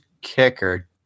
kicker